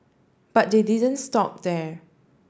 but they didn't stop there